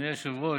אדוני היושב-ראש,